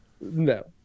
No